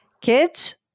Kids